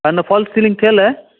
आहे न false ceiling थियलु आहे